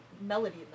melody